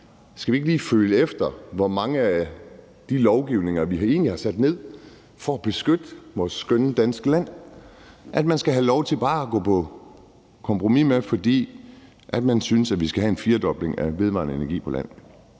skal vi ikke lige føle efter, hvor mange af de love, vi egentlig har vedtaget for at beskytte vores skønne danske land, som man bare skal have lov til at gå på kompromis med, fordi man synes, vi skal have en firdobling af den vedvarende energi-produktion